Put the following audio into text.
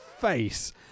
face